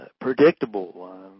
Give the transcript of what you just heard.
predictable